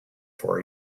for